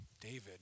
David